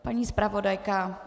Paní zpravodajka?